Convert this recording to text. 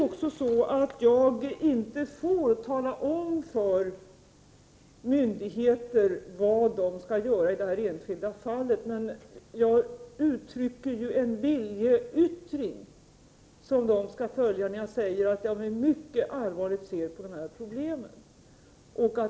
Jag får inte tala om för myndigheter vad de skall göra i det här enskilda fallet. Däremot uttrycker jag en viljeyttring, som de skall följa, när jag säger att jag ser mycket allvarligt på dessa problem.